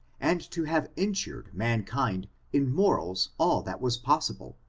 and to have injured man kind in morals all that was possible,